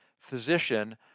physician